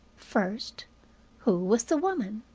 first who was the woman?